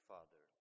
Father